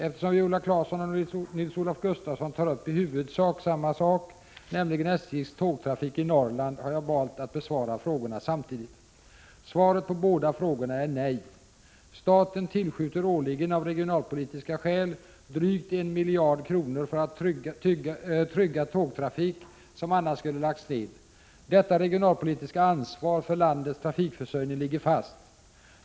Eftersom Viola Claesson och Nils-Olof Gustafsson tar upp i huvudsak samma sak, nämligen SJ:s tågtrafik i Norrland, har jag valt att besvara frågorna samtidigt. Svaret på båda frågorna är nej. Staten tillskjuter årligen av regionalpolitiska skäl drygt en miljard för att trygga tågtrafik som annars skulle lagts ned. Detta regionalpolitiska ansvar för landets trafikförsörjning ligger fast.